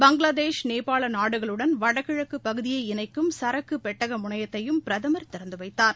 பங்களாதேஷ் நேபாள நாடுகளுடன் வடகிழக்குப் பகுதியை இணைக்கும் சரக்குப் பெட்டக முனையத்தையும் பிரதமர் திறந்து வைத்தார்